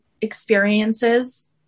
experiences